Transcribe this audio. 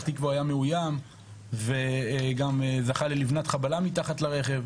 תקוה הוא היה מאויים וגם זכה ללבנת חבלה מתחת לרכב,